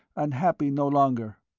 and happy no longer.